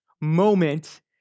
moment